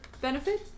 benefit